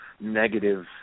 negative